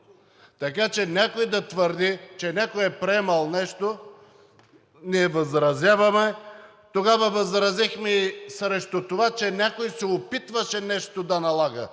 Така че някой да твърди, че някой е приемал нещо, ние възразяваме! Тогава възразихме и срещу това, че някой се опитваше нещо да налага